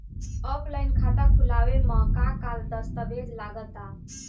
Offline खाता खुलावे म का का दस्तावेज लगा ता?